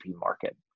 market